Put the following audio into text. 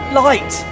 light